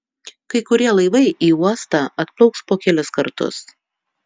kai kurie laivai į uostą atplauks po kelis kartus